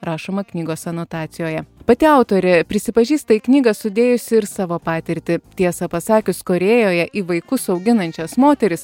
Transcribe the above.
rašoma knygos anotacijoje pati autorė prisipažįsta į knygą sudėjusi ir savo patirtį tiesą pasakius korėjoje į vaikus auginančias moteris